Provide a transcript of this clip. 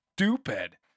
stupid